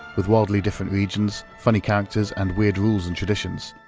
with wildly different regions, funny characters, and weird rules and traditions.